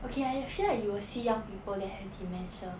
okay I feel like you will see young people that have dementia